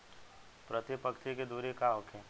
प्रति पंक्ति के दूरी का होखे?